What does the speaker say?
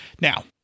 now